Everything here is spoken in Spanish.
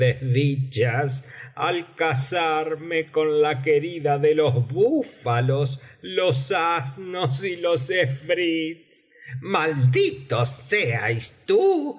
al casarme con la querida de los búfalos los asnos y los efrits malditos seáis tú